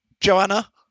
Joanna